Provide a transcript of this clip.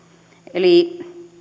eli